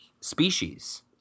species